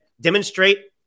demonstrate